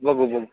बघू बघू